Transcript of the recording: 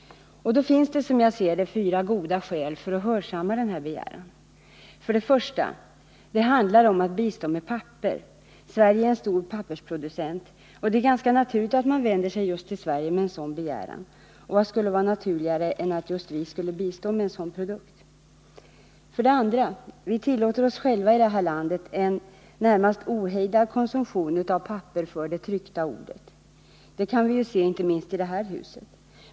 Och då finns det, som jag ser det, fyra goda skäl för att hörsamma denna begäran. För det första: Det handlar om att bistå med papper. Sverige är en stor pappersproducent, och då är det ganska naturligt att man vänder sig till Sverige med en sådan begäran — och vad skulle vara naturligare än att just vi skulle bistå med en sådan produkt? För det andra: Vi tillåter oss själva i det här landet en närmast ohejdad konsumtion av papper för det tryckta ordet. Det kan vi ju se inte minst i det här huset.